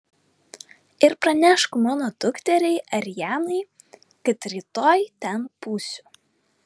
ir pranešk mano dukteriai arianai kad rytoj ten būsiu